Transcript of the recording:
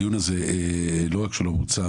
הדיון הזה לא רק שהוא לא מוצא.